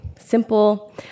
simple